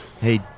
Hey